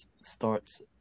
starts